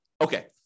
Okay